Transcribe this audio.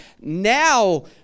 now